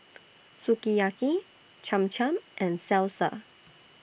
Sukiyaki Cham Cham and Salsa